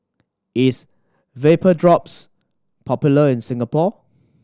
is Vapodrops popular in Singapore